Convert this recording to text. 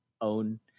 own